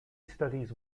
studies